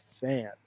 fan